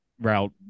route